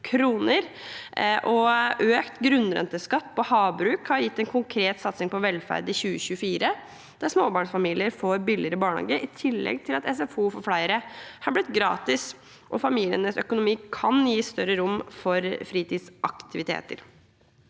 kr. Økt grunnrenteskatt på havbruk har gitt en konkret satsing på velferd i 2024, der småbarnsfamilier får billigere barnehage, SFO har blitt gratis for flere og familienes økonomi kan gi større rom for fritidsaktiviteter.